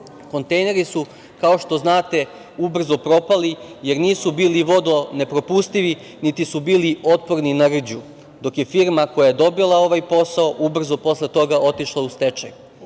Kontejneri su, kao što znate, ubrzo propali jer nisu bili vodonepropusni, niti su bili otporni na rđu, dok je firma koja je dobila ovaj posao ubrzo posle toga otišla u stečaj.